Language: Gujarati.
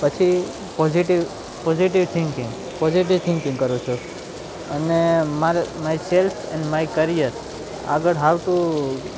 પછી positive positive thinking positive thinking કરું છું અને મારા myself and my career આગળ હાઉ ટુ